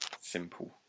Simple